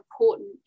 important